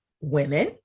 women